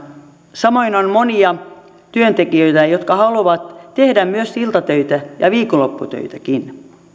samoin on monia työntekijöitä jotka haluavat tehdä myös iltatöitä ja viikonlopputöitäkin